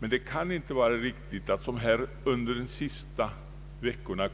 Men det kan inte vara riktigt att utskottet som skett under de senaste veckorna